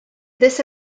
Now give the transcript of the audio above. this